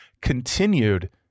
continued